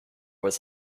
was